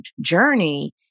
journey